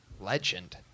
legend